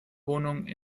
wohnung